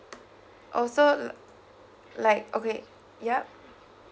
oh so uh like okay yup